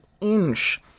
inch